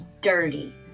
dirty